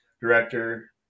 director